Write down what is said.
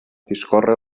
discorre